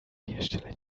hersteller